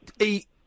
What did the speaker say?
eat